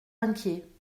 inquiet